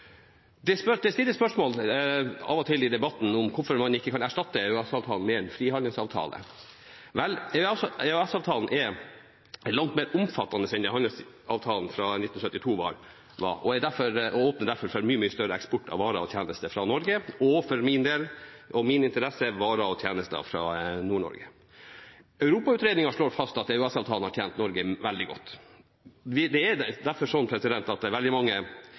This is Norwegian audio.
av og til blitt stilt spørsmål om hvorfor man ikke kan erstatte EØS-avtalen med en frihandelsavtale. EØS-avtalen er langt mer omfattende enn det handelsavtalen fra 1972 var. Den åpner derfor mye mer for eksport av varer og tjenester fra Norge, og for det som opptar meg, varer og tjenester fra Nord-Norge. Europautredningen slår fast at EØS-avtalen har tjent Norge veldig godt. Derfor vil veldig mange politikere ikke skru klokka tilbake til 1972. De vil heller se på den klokken som tikker framover. Fordelen med EØS framfor en frihandelsavtale, er